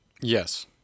yes